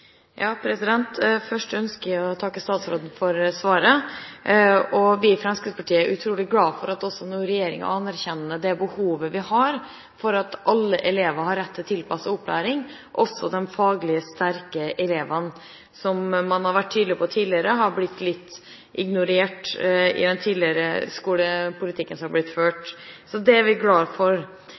Først ønsker jeg å takke statsråden for svaret. Vi i Fremskrittspartiet er utrolig glad for at også regjeringen nå anerkjenner behovet for at alle elever har rett til tilpasset opplæring, også de faglig sterke elevene, som man har vært tydelig på tidligere har blitt litt ignorert i den tidligere skolepolitikken som er blitt ført. Det er vi glad for.